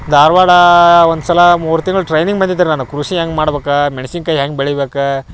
ಧಾರವಾಡ ಒಂದು ಸಲ ಮೂರು ತಿಂಗ್ಳು ಟ್ರೈನಿಂಗ್ ಬಂದಿತ್ರಿ ನನಗೆ ಕೃಷಿ ಹೆಂಗೆ ಮಾಡ್ಬೇಕು ಮೆಣ್ಸಿನ್ಕಾಯಿ ಹೆಂಗೆ ಬೆಳಿಬೇಕು